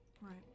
Right